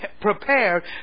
prepared